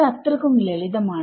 ഇത് അത്രക്കും ലളിതമാണ്